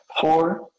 Four